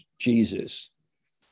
Jesus